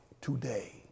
today